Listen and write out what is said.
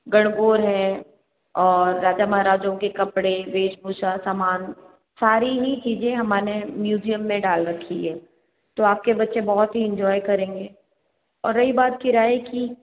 गणगौर है और राजा महाराजाओं के कपड़े वेशभूषा सामान सारी ही चीज़ें हमाने म्यूज़ियम में डाल रखी है तो आपके बच्चे बहुत ही इंजॉय करेंगे और रही बात किराए की